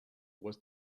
was